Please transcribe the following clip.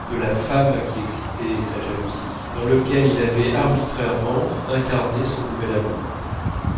de la femme qui excitait sa jalousie dans lequel il avait arbitrairement incarné son nouvel amour